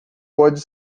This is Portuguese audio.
pode